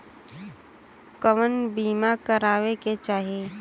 कउन बीमा करावें के चाही?